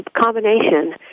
combination